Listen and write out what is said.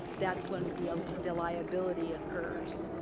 that's when the ah the liability occurs.